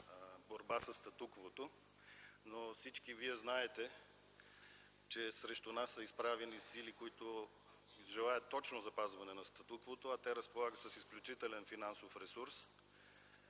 борба със статуквото, но всички вие знаете, че срещу нас са изправени сили, които желаят точно запазване на статуквото, а те разполагат с изключителен финансов ресурс,